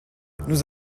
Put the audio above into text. nous